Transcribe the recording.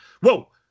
whoa